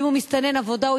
ואם הוא מסתנן עבודה,